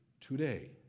today